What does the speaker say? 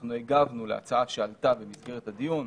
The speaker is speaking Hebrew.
אנחנו הגבנו להצעה שעלתה במסגרת הדיון.